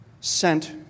sent